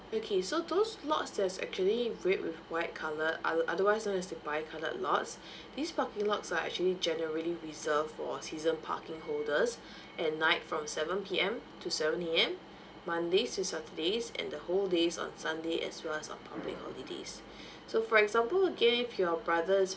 okay so those lots that's actually red with white colour oth~ otherwise known as the bi coloured lots these parking lots are actually generally reserved for season parking holders at night from seven P_M to seven A_M mondays to saturdays and the whole days on sunday as well as on public holidays so for example again your brother's